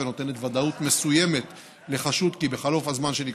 ונותנת ודאות מסוימת לחשוד שבחלוף הזמן שנקבע,